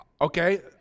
Okay